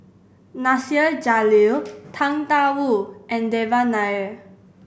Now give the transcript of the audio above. Nasir Jalil Tang Da Wu and Devan Nair